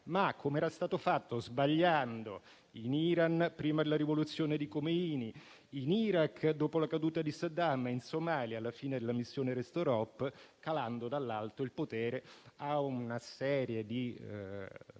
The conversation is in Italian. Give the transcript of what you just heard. - come era stato fatto, sbagliando, in Iran prima della rivoluzione di Khomeini, in Iraq dopo la caduta di Saddam, in Somalia alla fine dell'operazione Restore hope - calando dall'alto il potere su una serie di lacchè